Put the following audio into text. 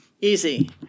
easy